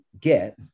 get